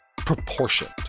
proportioned